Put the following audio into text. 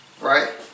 right